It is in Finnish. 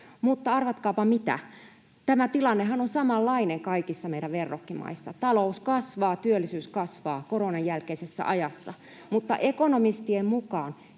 mutta arvatkaapa mitä? Tämä tilannehan on samanlainen kaikissa meidän verrokkimaissa: talous kasvaa, työllisyys kasvaa koronan jälkeisessä ajassa. [Vasemmalta: Eikö